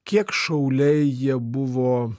kiek šauliai jie buvo